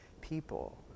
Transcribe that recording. people